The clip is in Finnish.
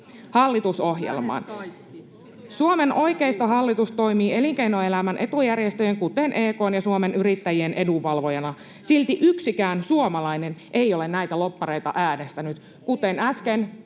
kaikki!] Suomen oikeistohallitus toimii elinkeinoelämän etujärjestöjen, kuten EK:n ja Suomen Yrittäjien, edunvalvojana. Silti yksikään suomalainen ei ole näitä lobbareita äänestänyt, kuten äsken